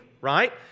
right